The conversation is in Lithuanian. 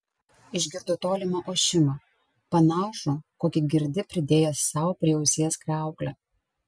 išgirdo tolimą ošimą panašų kokį girdi pridėjęs sau prie ausies kriauklę